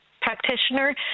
practitioner